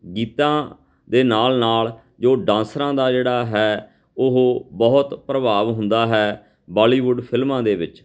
ਗੀਤਾਂ ਦੇ ਨਾਲ ਨਾਲ ਜੋ ਡਾਂਸਰਾਂ ਦਾ ਜਿਹੜਾ ਹੈ ਉਹ ਬਹੁਤ ਪ੍ਰਭਾਵ ਹੁੰਦਾ ਹੈ ਬਾਲੀਵੁੱਡ ਫਿਲਮਾਂ ਦੇ ਵਿੱਚ